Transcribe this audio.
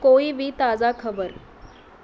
ਕੋਈ ਵੀ ਤਾਜ਼ਾ ਖਬਰ